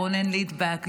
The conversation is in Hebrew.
רונן ליטבק,